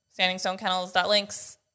standingstonekennels.links